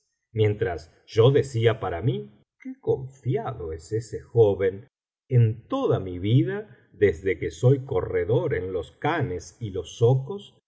mientras yo decía para mí qué confiado es ese joven en toda mi vida desde que soy corredor en los khanes y los zocos